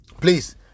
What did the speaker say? please